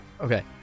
Okay